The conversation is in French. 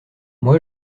moi